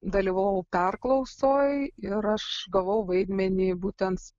dalyvavau perklausoj ir aš gavau vaidmenį būtent